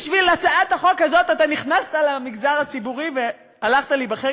שבשביל הצעת החוק הזאת אתה נכנסת למגזר הציבורי והלכת להיבחר